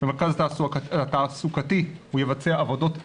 במרכז התעסוקתי הוא יבצע עבודות זעירות,